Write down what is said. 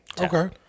Okay